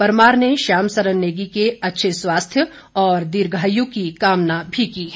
परमार ने श्याम सरन नेगी के अच्छे स्वास्थ्य और दीर्घायु की कामना भी की है